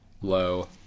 low